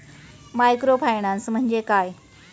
Microfinance म्हणजे काय?